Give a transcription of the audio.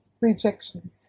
rejection